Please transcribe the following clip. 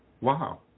wow